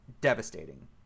devastating